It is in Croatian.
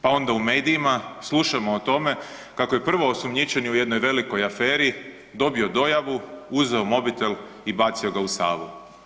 Pa onda u medijima slušamo o tome kako je prvoosumnjičeni u jednoj velikoj aferi dobio dojavu, uzeo mobitel i bacio ga u Savu.